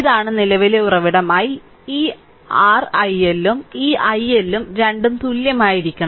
ഇതാണ് നിലവിലെ ഉറവിടം i ഈ r iL ഉം ഈ iL ഉം രണ്ടും തുല്യമായിരിക്കണം